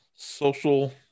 Social